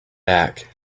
back